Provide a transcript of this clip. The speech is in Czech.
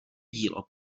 dílo